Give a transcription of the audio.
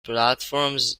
platforms